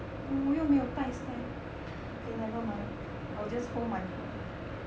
我又没有带 stand okay never mind I will just hold my phone